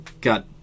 got